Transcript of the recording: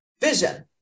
vision